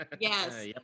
Yes